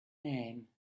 name